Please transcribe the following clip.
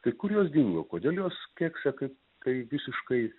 tai kur jos dingo kodėl jos kiek čia kaip tai visiškai